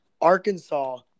Arkansas –